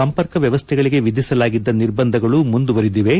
ಸಂಪರ್ಕ ವ್ಯವಸ್ಥೆಗಳಗೆ ವಿಧಿಸಲಾಗಿದ್ದ ನಿರ್ಬಂಧಗಳು ಮುಂದುವರೆದಿವೆ